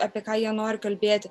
apie ką jie nori kalbėti